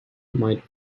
might